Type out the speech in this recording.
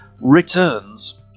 Returns